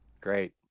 great